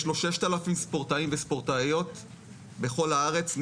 יש לו 6,000 ספורטאים וספורטאיות בכל הארץ,